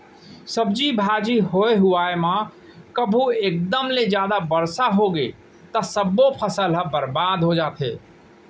सब्जी भाजी होए हुवाए म कभू एकदम ले जादा बरसा होगे त सब्बो फसल ह बरबाद हो जाथे